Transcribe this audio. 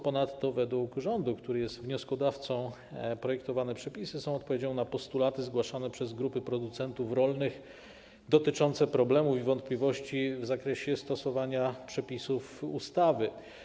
Ponadto według rządu, który jest wnioskodawcą, projektowane przepisy są odpowiedzią na postulaty zgłaszane przez grupy producentów rolnych, dotyczące problemów i wątpliwości w zakresie stosowania przepisów ustawy.